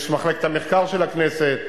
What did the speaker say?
יש מחלקת המחקר של הכנסת,